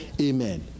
Amen